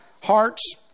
hearts